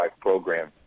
program